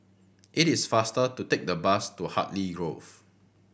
it is faster to take the bus to Hartley Grove